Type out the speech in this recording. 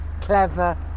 Clever